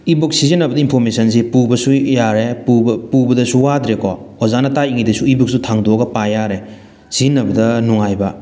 E book ꯁꯤꯖꯤꯟꯅꯕꯅ ꯏꯟꯐꯣꯔꯃꯦꯁꯟꯁꯦ ꯄꯨꯕꯁꯨ ꯌꯥꯔꯦ ꯄꯨꯕ ꯄꯨꯕꯗꯁꯨ ꯋꯥꯗ꯭ꯔꯦꯀꯣ ꯑꯣꯖꯥꯅ ꯇꯥꯛꯏꯉꯩꯗꯁꯨ ꯏ ꯕꯨꯛꯁꯇꯨ ꯊꯥꯡꯗꯣꯛꯑꯒ ꯄꯥ ꯌꯥꯔꯦ ꯁꯤꯖꯤꯟꯅꯕꯗ ꯅꯨꯡꯉꯥꯏꯕ